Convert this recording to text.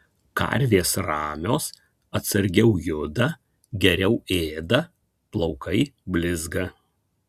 karvės ramios atsargiau juda geriau ėda plaukai blizga